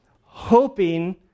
Hoping